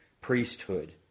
priesthood